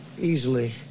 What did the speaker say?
easily